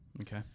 Okay